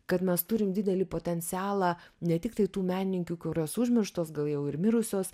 kad mes turim didelį potencialą ne tiktai tų menininkių kurios užmirštos gal jau ir mirusios